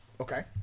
Okay